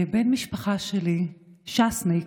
בן משפחה שלי, ש"סניק,